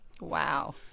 Wow